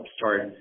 start